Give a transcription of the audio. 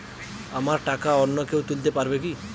আমার টাকা অন্য কেউ তুলতে পারবে কি?